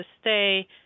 stay